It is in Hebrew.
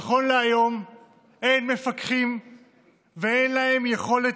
נכון להיום אין מפקחים ואין להם יכולת